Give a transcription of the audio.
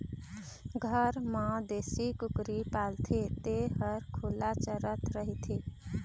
घर म देशी कुकरी पालथे तेन ह खुल्ला चरत रहिथे